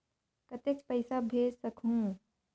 कतेक पइसा भेज सकहुं?